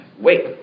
wait